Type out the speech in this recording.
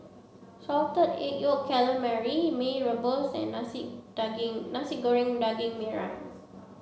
salted egg yolk calamari Mee rebus and Nasi Daging Nasi Goreng Daging Merah